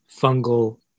fungal